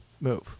move